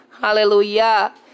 Hallelujah